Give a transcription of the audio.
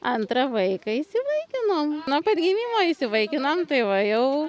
antrą vaiką įsivaikinom nuo pat gimimo įsivaikinom tai va jau